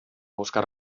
buscar